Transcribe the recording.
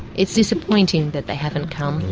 it's disappointing that they havent' come.